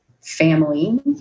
family